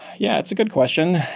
yeah, it's a good question.